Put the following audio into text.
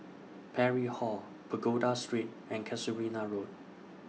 Parry Hall Pagoda Street and Casuarina Road